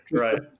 right